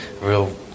real